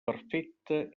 perfecta